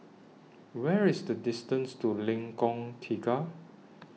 What IS The distance to Lengkong Tiga